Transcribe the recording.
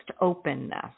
openness